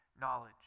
knowledge